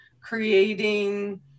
creating